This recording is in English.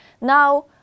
Now